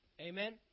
Amen